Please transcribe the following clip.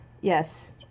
Yes